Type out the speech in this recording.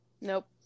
nope